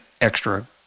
extra